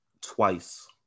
twice